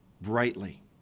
brightly